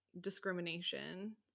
discrimination